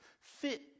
fit